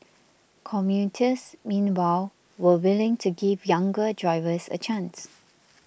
commuters meanwhile were willing to give younger drivers a chance